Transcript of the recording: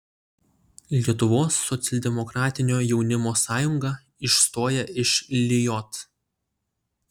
lietuvos socialdemokratinio jaunimo sąjunga išstoja iš lijot